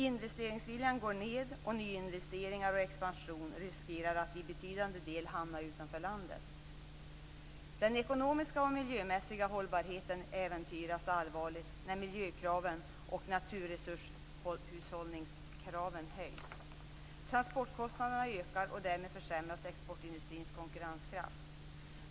Investeringsviljan går ned, och nyinvesteringar och expansion riskerar att i betydande del hamna utanför landet. Den ekonomiska och miljömässiga hållbarheten äventyras allvarligt när miljökraven och naturresurshushållningskraven höjs. Transportkostnaderna ökar, och därmed försämras exportindustrins konkurrenskraft.